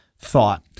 thought